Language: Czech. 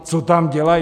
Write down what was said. Co tam dělají?